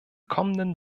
kommenden